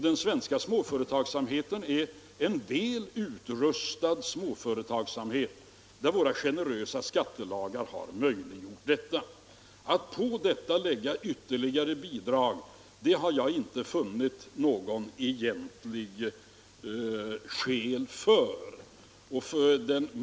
Den svenska småföretagsamheten är en väl utrustad småföretagsamhet. Våra generösa skattelagar har möjliggjort detta. Att därtill lägga ytterligare bidrag har jag inte funnit något direkt skäl för.